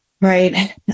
Right